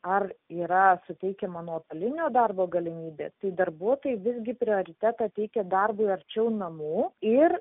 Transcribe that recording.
ar yra suteikiama nuotolinio darbo galimybė tai darbuotojai visgi prioritetą teikia darbui arčiau namų ir